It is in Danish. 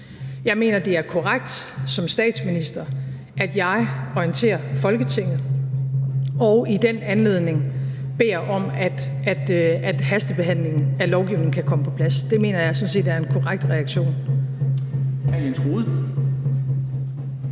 Jeg mener, det er korrekt, som statsminister, at jeg orienterer Folketinget og i den anledning beder om, at hastebehandlingen af lovgivningen kan komme på plads. Det mener jeg sådan set er en korrekt reaktion.